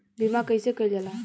बीमा कइसे कइल जाला?